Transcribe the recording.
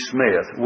Smith